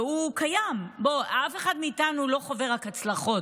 והוא קיים, אף אחד מאיתנו לא חווה רק הצלחות,